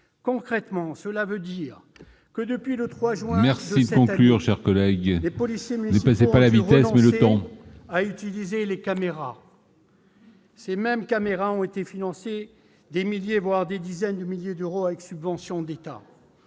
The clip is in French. Concrètement, cela veut dire que, depuis le 3 juin de cette année, les policiers municipaux ont dû renoncer à utiliser leurs caméras, lesquelles ont été financées- ce sont des milliers, voire des dizaines de milliers d'euros -par des subventions d'État.